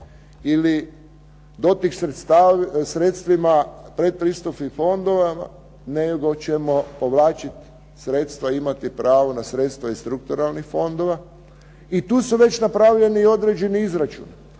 ili doti sredstvima pretpristupnih fondova nego ćemo imati pravo na sredstva iz strukturalnih fondova i tu su već napravljeni određeni izračuni,